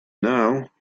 now